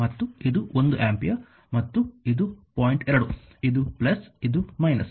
ಮತ್ತು ಇದು 1 ಆಂಪಿಯರ್ ಮತ್ತು ಇದು ಪಾಯಿಂಟ್ 2 ಇದು ಇದು −